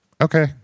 okay